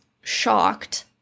shocked